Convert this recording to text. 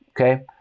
okay